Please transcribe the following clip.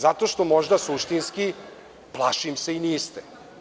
Zato što možda suštinski, plašim se i niste.